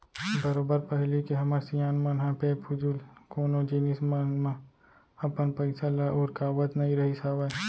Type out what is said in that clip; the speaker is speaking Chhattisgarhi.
बरोबर पहिली के हमर सियान मन ह बेफिजूल कोनो जिनिस मन म अपन पइसा ल उरकावत नइ रहिस हावय